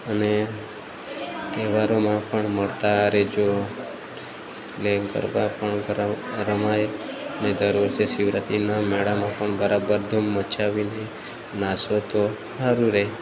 અને તહેવારોમાં પણ મળતા રહેજો અને ગરબા પણ રમ રમાય અને દર વર્ષે શિવરાત્રિના મેળામાં પણ બરાબર ધૂમ મચાવીને નાચો તો સારું રહે